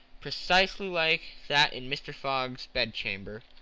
precisely like that in mr. fogg's bedchamber,